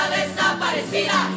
desaparecida